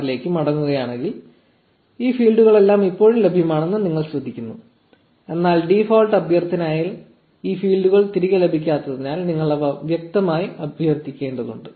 6 ലേക്ക് മടങ്ങുകയാണെങ്കിൽ ഈ ഫീൽഡുകളെല്ലാം ഇപ്പോഴും ലഭ്യമാണെന്ന് നിങ്ങൾ ശ്രദ്ധിക്കുന്നു എന്നാൽ ഡീഫോൾട് അഭ്യർത്ഥനയാൽ ഈ ഫീൽഡുകൾ തിരികെ ലഭിക്കാത്തതിനാൽ നിങ്ങൾ അവ വ്യക്തമായി അഭ്യർത്ഥിക്കേണ്ടതുണ്ട്